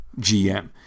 GM